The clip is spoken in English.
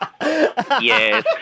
Yes